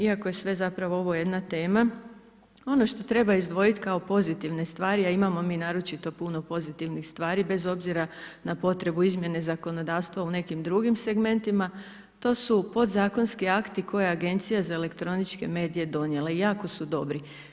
Iako je sve zapravo ovo jedna tema, ono što treba izdvojiti kao pozitivne stvari, a imamo mi naročito puno pozitivnih stvari bez obzira na potrebu izmjene zakonodavstva u nekim drugim segmentima to su podzakonski akti koje je Agencija za elektroničke medije donijela i jako su dobri.